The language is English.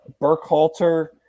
Burkhalter